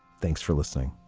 thanks for listening